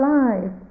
life